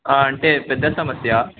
అంటే పెద్ద సమస్య